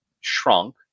shrunk